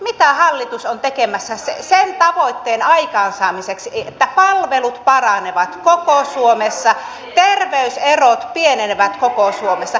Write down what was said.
mitä hallitus on tekemässä sen tavoitteen aikaansaamiseksi että palvelut paranevat koko suomessa terveyserot pienenevät koko suomessa